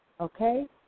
okay